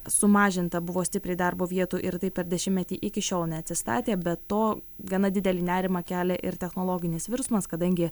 sumažinta buvo stipriai darbo vietų ir taip per dešimtmetį iki šiol neatsistatė be to gana didelį nerimą kelia ir technologinis virsmas kadangi